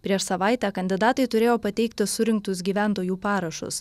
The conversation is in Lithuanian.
prieš savaitę kandidatai turėjo pateikti surinktus gyventojų parašus